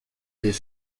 est